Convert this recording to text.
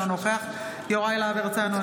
אינו נוכח יוראי להב הרצנו,